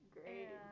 Great